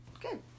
Good